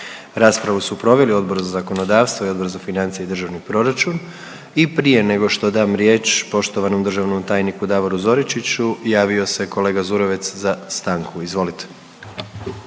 Raspravu su proveli Odbor za zakonodavstvo i Odbor za financije i državni proračun. I prije nego što dam riječ poštovanom državnom tajniku Davoru Zoričiću javio se kolega Zurovec za stanku, izvolite.